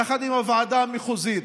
יחד עם הוועדה המחוזית,